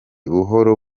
buhoro